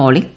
polling